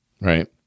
Right